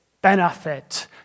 Benefit